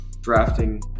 drafting